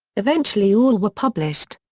eventually all were published.